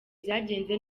byagenze